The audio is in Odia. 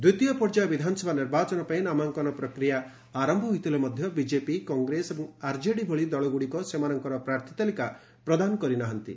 ଦ୍ୱିତୀୟ ପର୍ଯ୍ୟାୟ ବିଧାନସଭା ନିର୍ବାଚନ ପାଇଁ ନାମାଙ୍କନପ୍ରକ୍ରିୟ ଆରମ୍ଭ ହୋଇଥିଲେ ମଧ୍ୟ ବିଜେପି କଂଗ୍ରେସ ଏବଂ ଆରଜେଡି ଭଳି ଦଳଗୁଡିକ ସେମାନଙ୍କର ପ୍ରାର୍ଥତାଲିକା ପ୍ରଦାନ କରିନାହାନ୍ତି